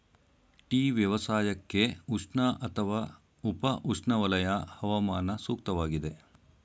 tea ವ್ಯವಸಾಯಕ್ಕೆ ಉಷ್ಣ ಅಥವಾ ಉಪ ಉಷ್ಣವಲಯ ಹವಾಮಾನ ಸೂಕ್ತವಾಗಿದೆ